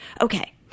Okay